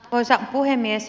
arvoisa puhemies